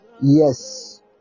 yes